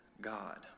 God